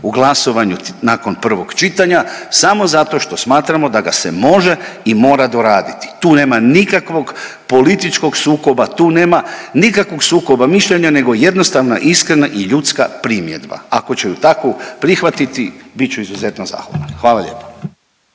u glasovanju nakon prvog čitanja samo zato što smatramo da ga se može i mora doraditi. Tu nema nikakvog političkog sukoba, tu nema nikakvog sukoba mišljenja nego jednostavna, iskrena i ljudska primjedba, ako će ju takvu prihvatiti bit ću izuzetno zahvalan. Hvala lijepa.